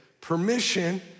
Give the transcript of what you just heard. Permission